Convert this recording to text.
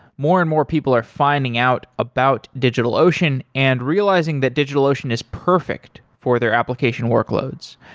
more and more people are finding out about digitalocean and realizing that digitalocean is perfect for their application workloads.